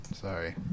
Sorry